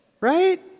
Right